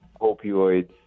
opioids